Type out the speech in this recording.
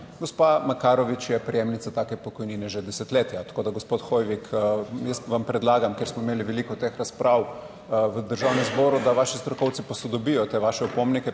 Gospa Makarovič je prejemnica take pokojnine že desetletja, tako da gospod Hoivik, jaz vam predlagam, ker smo imeli veliko teh razprav v Državnem zboru, da vaši strokovci posodobijo te vaše opomnike,